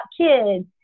kids